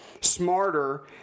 smarter